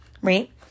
right